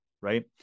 right